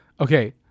Okay